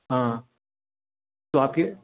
हाँ तो आपके